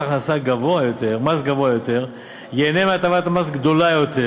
גבוה יותר ייהנה מהטבת מס גדולה יותר,